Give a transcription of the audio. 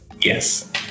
yes